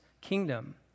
kingdom